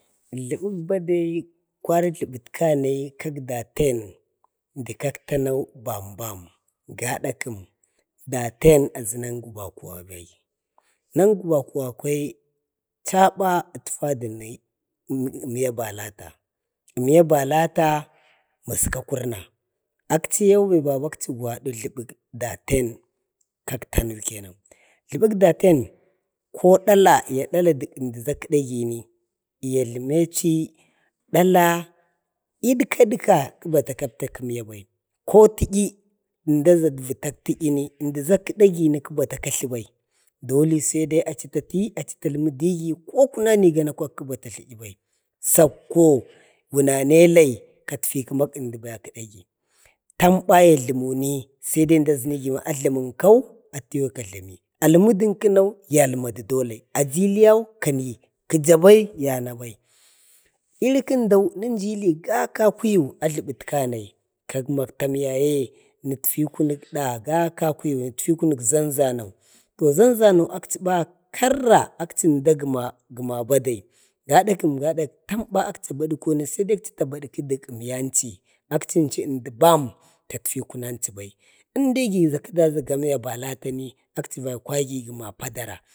Jləbək bade kwari jləbət kanai kak daten də kak tanau bambam. gadakəm, daten azu nanguwako bai. nanguwako chaba əlfadən əmya balata. zm'ya balata masə kakuma, akchiyau baba akchi kwadu jləbək daten, kak tanu kena jləbək daten ko dala gi vajləmi dək əmdi kzdagini ya jləmechi dala'i dəka dəka, kəbata katlti əmya bci, kə tə'yi əmda za əbjli kak təyii əmdi za kədagina kəbata katlibai, doli sai achi tachi achi talmidigi kokuma ki gana kəbata katlibai, sakko gunane lai katfi kəma əmdi ba kədagil tamba ya jləmuni saidai əmda dazəni na a jlami ənkau, atiyau kajlami, almudu kənau yalmadu dok. aji iliyau kani, kəja bai yana bai. ili kəndau nənjili kakakuyu əjləbətka nai, kak maktan yaye, nutfi ikunuk da ga kakuyu, natfi kunək zanzano, to zanzano akchi ba karra gəma badai, gada kəm gada tamba akchiba dəkona saida akcbək əmyanchi akchi ənchau əmdi bam tatfi i kunanchi bai. in dai giza kəda zamiya balatani akchi vai kwagi gəna padra.